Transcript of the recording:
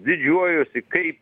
didžiuojuosi kai